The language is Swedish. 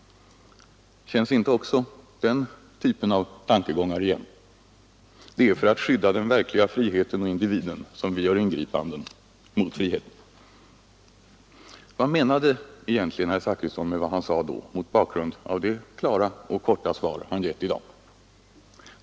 Känns inte också den typen av tankegångar igen? Det är för att skydda den verkliga friheten och individen som vi gör ingripanden mot friheten. Vad menade egentligen herr Zachrisson med det som han vid det tillfället sade mot bakgrunden av det klara och korta svar han givit i dag?